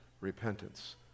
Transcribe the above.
repentance